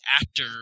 actor